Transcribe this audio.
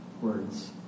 words